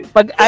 Pag